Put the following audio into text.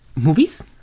Movies